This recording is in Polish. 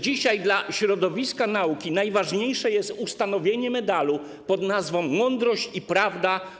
Czy dzisiaj dla środowiska nauki najważniejsze jest ustanowienie medalu pod nazwą: mądrość i prawda?